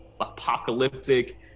apocalyptic